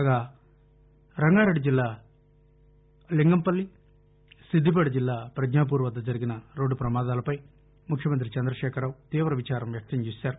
కాగా రంగారెడ్డిజిల్లా ింగంపల్లి సిద్దిపేటజిల్లా ప్రజ్ఞాపూర్ వద్ద జరిగిన రోడ్దు ప్రమాదాలపై ముఖ్యమంత్రి చంద్రశేఖరరావు తీవ విచారం వ్యక్తం చేశారు